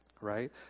right